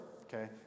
okay